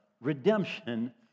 redemption